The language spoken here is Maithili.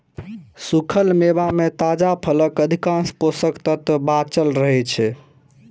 सूखल मेवा मे ताजा फलक अधिकांश पोषक तत्व बांचल रहै छै